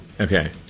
Okay